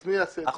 זה לא יהיה שלכם.